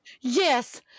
Yes